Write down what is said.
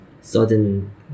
sudden